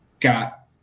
Got